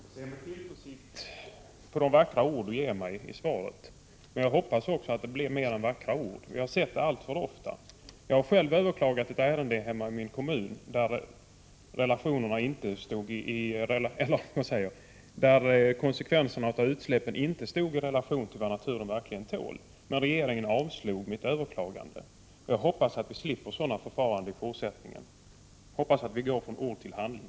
Herr talman! Jag ser med tillförsikt på de vackra ord som miljöministern ger mig i svaret. Jag hoppas att det blir mer än vackra ord. Tyvärr har jag alltför ofta sett att det stannat vid vackra ord. Jag har själv överklagat ett ärende i min hemkommun, där konsekvenserna av utsläppen inte stod i relation till vad naturen verkligen tål. Regeringen avslog emellertid mitt överklagande. Jag hoppas att vi slipper sådana förfaranden i fortsättningen och att vi i stället går från ord till handling.